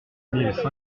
neuf